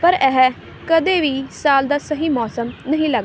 ਪਰ ਇਹ ਕਦੇ ਵੀ ਸਾਲ ਦਾ ਸਹੀ ਮੌਸਮ ਨਹੀਂ ਲੱਗਦਾ